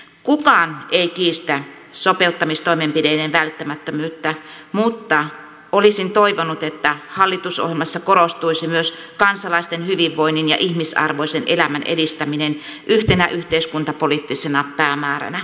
kukaan ei kiistä sopeuttamistoimenpiteiden välttämättömyyttä mutta olisin toivonut että hallitusohjelmassa korostuisi myös kansalaisten hyvinvoinnin ja ihmisarvoisen elämän edistäminen yhtenä yhteiskuntapoliittisena päämääränä